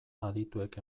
adituek